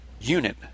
unit